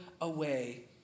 away